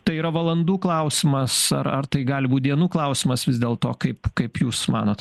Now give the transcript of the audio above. tai yra valandų klausimas ar ar tai gali būt dienų klausimas vis dėlto kaip kaip jūs manot